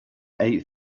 eight